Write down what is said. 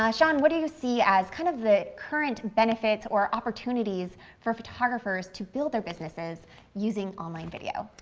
ah sean, what do you see as kind of the current benefits or opportunities for photographers to build their businesses using online video?